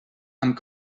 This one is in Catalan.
amb